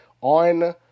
on